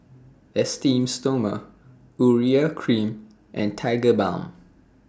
Esteem Stoma Urea Cream and Tigerbalm